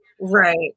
Right